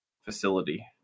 facility